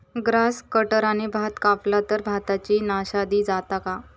Grass कटराने भात कपला तर भाताची नाशादी जाता काय?